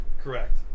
Correct